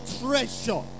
treasure